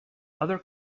other